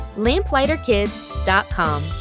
lamplighterkids.com